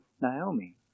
Naomi